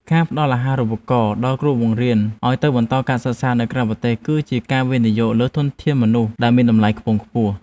ការផ្តល់អាហារូបករណ៍ដល់គ្រូបង្រៀនឱ្យទៅបន្តការសិក្សានៅក្រៅប្រទេសគឺជាការវិនិយោគលើធនធានមនុស្សដែលមានតម្លៃខ្ពង់ខ្ពស់។